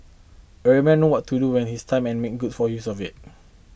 a real man what to do with his time and make good full use of it